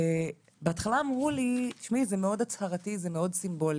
בהתחלה אמרו לי שזה מאוד הצהרתי וזה מאוד סימבולי,